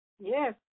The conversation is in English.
Yes